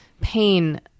pain